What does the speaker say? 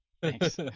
Thanks